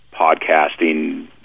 podcasting